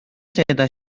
تعداد